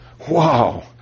Wow